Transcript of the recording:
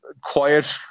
quiet